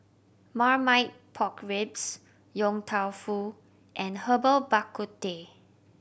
Marmite Pork Ribs Yong Tau Foo and Herbal Bak Ku Teh